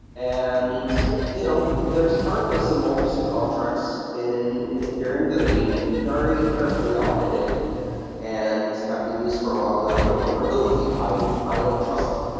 and you know there is currently some multisig contracts in ethereum that have been very carefully audited and have been used for a while without the vulnerability. i i don't trust them.